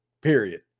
period